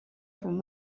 from